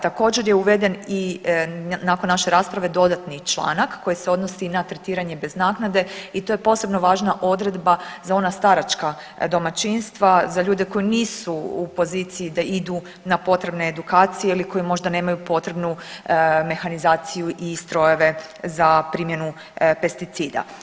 Također je uveden i, nakon naše rasprave dodatni članak koji se odnosi na tretiranje bez naknade i to je posebno važna odredba za ona staračka domaćinstva, za ljude koji nisu u poziciji da idu na potrebne edukacije ili koji možda nemaju potrebnu mehanizaciju i strojeve za primjenu pesticida.